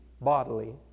bodily